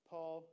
Paul